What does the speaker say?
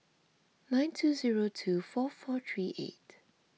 nine two zero two four four three eight